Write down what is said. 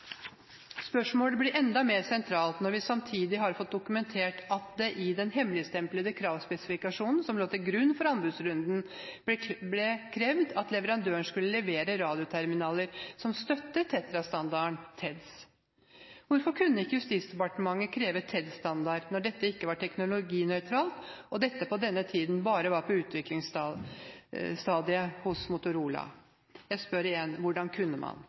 Spørsmålet blir enda mer sentralt når vi samtidig har fått dokumentert at det i den hemmeligstemplede kravspesifikasjonen, som lå til grunn for anbudsrunden, ble krevd at leverandøren skulle levere radioterminaler som støtter TETRA-standarden TEDS. Hvordan kunne Justisdepartementet kreve TEDS-standard når dette ikke var teknologinøytralt, og at dette på denne tiden bare var på utviklingsstadiet hos Motorola? Jeg spør igjen: Hvordan kunne man?